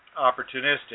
opportunistic